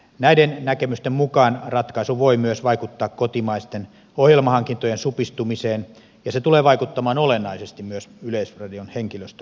näiden näkemysten mukaan ratkaisu voi myös vaikuttaa kotimaisten ohjelmahankintojen supistumiseen ja se tulee vaikuttamaan olennaisesti myös yleisradion henkilöstön asemaan